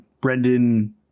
Brendan